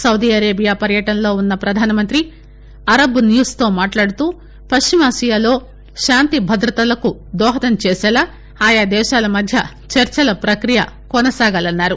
Saudi Arabia పర్యటనలో ఉన్న ప్రధానమంత్రి అరబ్ న్యూస్తో మాట్లాడుతూ పశ్చిమాసియాలో శాంతిభదతలకు దోహదం చేసేలా ఆయా దేశాల మధ్య చర్చల పక్రియ కొనసాగాలని అన్నారు